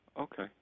okay